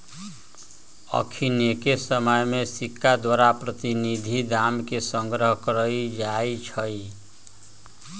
अखनिके समय में सिक्का द्वारा प्रतिनिधि दाम के संग्रह कएल जाइ छइ